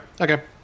okay